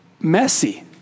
messy